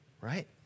right